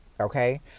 okay